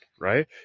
right